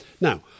Now